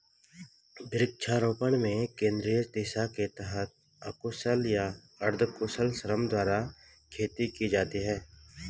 वृक्षारोपण में केंद्रीय दिशा के तहत अकुशल या अर्धकुशल श्रम द्वारा खेती की जाती है